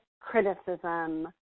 criticism